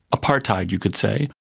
apartheid you could say.